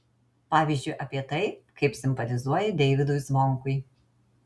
pavyzdžiui apie tai kaip simpatizuoja deivydui zvonkui